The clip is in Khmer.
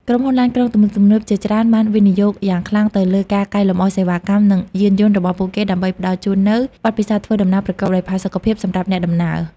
ក្រុមហ៊ុនឡានក្រុងទំនើបៗជាច្រើនបានវិនិយោគយ៉ាងខ្លាំងទៅលើការកែលម្អសេវាកម្ម និងយានយន្តរបស់ពួកគេដើម្បីផ្តល់ជូននូវ បទពិសោធន៍ធ្វើដំណើរប្រកបដោយផាសុកភាព សម្រាប់អ្នកដំណើរ។